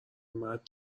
مرد